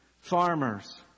Farmers